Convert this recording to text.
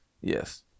yes